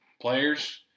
Players